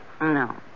No